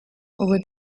over